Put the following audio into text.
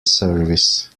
service